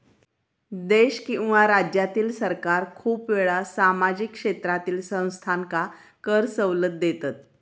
देश किंवा राज्यातील सरकार खूप वेळा सामाजिक क्षेत्रातील संस्थांका कर सवलत देतत